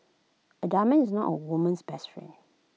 A diamond is not A woman's best friend